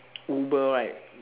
uber right